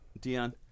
Dion